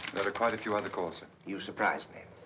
are quite a few other calls, sir. you surprise me.